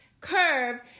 curve